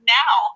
now